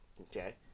okay